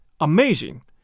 Amazing